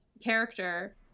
character